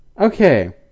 Okay